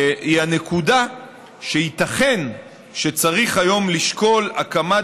זו הנקודה שייתכן שצריך היום לשקול הקמת